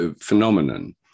phenomenon